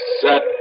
Set